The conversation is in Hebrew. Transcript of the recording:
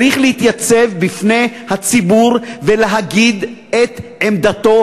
צריך להתייצב בפני הציבור ולהגיד את עמדתו